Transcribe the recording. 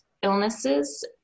illnesses